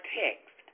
text